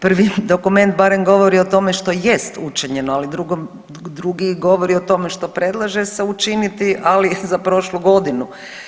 Prvi dokument barem govori o tome što jest učinjeno, ali drugi govori o tome što predlaže se učiniti, ali za prošlu godinu.